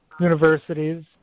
universities